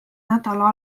nädala